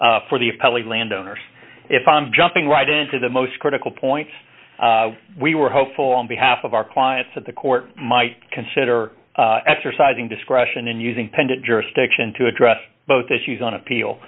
appellee landowners if i'm jumping right into the most critical point we were hopeful on behalf of our clients that the court might consider exercising discretion in using penda jurisdiction to address both issues on appeal